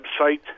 website